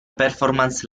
performance